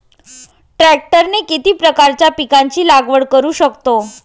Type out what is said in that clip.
ट्रॅक्टरने किती प्रकारच्या पिकाची लागवड करु शकतो?